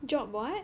job what